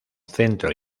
centro